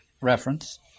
reference